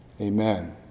Amen